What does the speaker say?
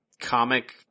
comic